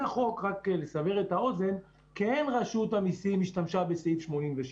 רק לסבר את האוזן לפני החוק רשות המיסים כן השתמשה בסעיף 86,